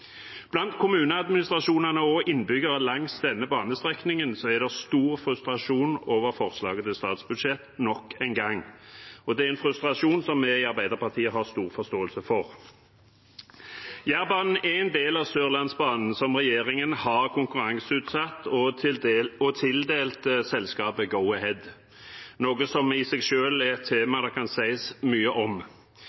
Blant kommuneadministrasjonene og innbyggerne langs denne banestrekningen er det stor frustrasjon over forslaget til statsbudsjett – nok en gang – en frustrasjon vi i Arbeiderpartiet har stor forståelse for. Jærbanen er en del av Sørlandsbanen, som regjeringen har konkurranseutsatt og tildelt selskapet Go-Ahead, noe som i seg selv er